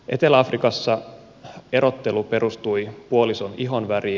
etelä afrikassa erottelu perustui puolison ihonväriin